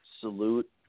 salute